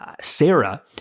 Sarah